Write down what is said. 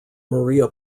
maria